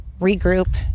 regroup